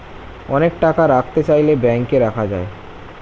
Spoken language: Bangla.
অনেক টাকা রাখতে চাইলে ব্যাংকে রাখা যায়